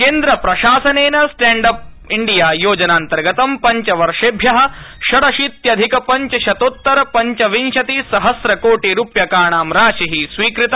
केन्द्रप्रशासनेन stand up योजनान्तर्गतम् पञ्च वर्षेभ्यः षडशीत्यधिक पञ्चशतोत्तर पञ्चविंशतिसहस्रकोटिरुप्यकाणां राशिः स्वीकृतः